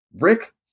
Rick